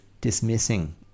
dismissing